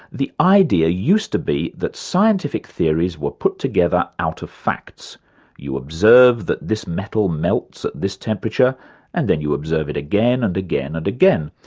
the idea used to be that scientific theories were put together out of facts you observe that this metal melts at this temperature and then you observe it again and again and again.